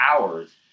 hours